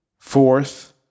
Fourth